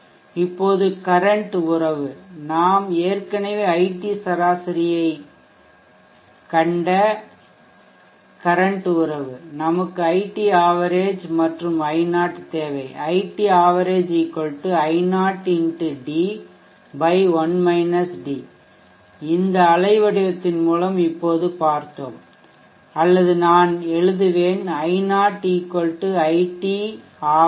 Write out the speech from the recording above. இப்போது கரன்ட் உறவு நாம் ஏற்கனவே ஐடி சராசரியைக் கண்ட கரன்ட் உறவு நமக்கு iT average மற்றும் i0 தேவை iT average i0 x d 1 -d இந்த அலைவடிவத்தின் மூலம் இப்போது பார்த்தோம் அல்லது நான் எழுதுவேன் i0 iT average x 1 d d